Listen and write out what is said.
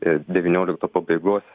ir devyniolikto pabaigos